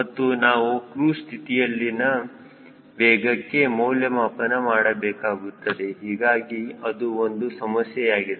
ಮತ್ತು ನಾವು ಕ್ರೂಜ್ ಸ್ಥಿತಿಯಲ್ಲಿನ ವೇಗಕ್ಕೆ ಮೌಲ್ಯಮಾಪನ ಮಾಡಬೇಕಾಗುತ್ತದೆ ಹೀಗಾಗಿ ಅದು ಒಂದು ಸಮಸ್ಯೆಯಾಗಿದೆ